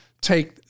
take